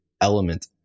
element